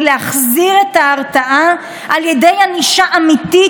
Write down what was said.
להחזיר את ההרתעה על ידי ענישה אמיתית,